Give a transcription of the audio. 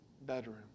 bedroom